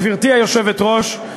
גברתי היושבת-ראש,